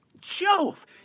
Jove